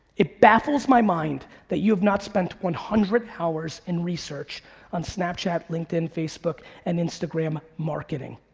it baffles my mind that you've not spent one hundred hours in research on snapchat, linkedin, facebook, and instagram marketing.